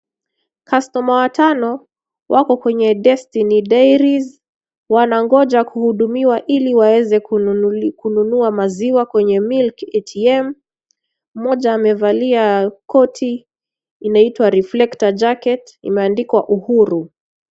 Customer watano wako kwenye destiny dairies wanangoja kuhudumiwa ili waweze kununua maziwa kwenye milk atm . Mmoja amevalia koti inaitwa reflector jacket imeandikwa Uhuru.